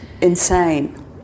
insane